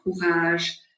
courage